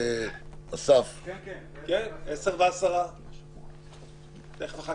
כפי שכבר אמרתי בדיונים